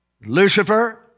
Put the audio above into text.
Lucifer